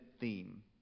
theme